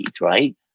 right